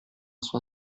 sua